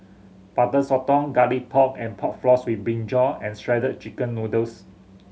Butter Sotong Garlic Pork and Pork Floss with brinjal and Shredded Chicken Noodles